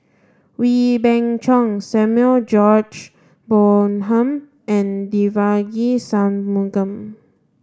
Wee Beng Chong Samuel George Bonham and Devagi Sanmugam